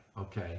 okay